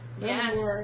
Yes